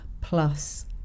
Plus